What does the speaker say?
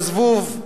מהזבוב,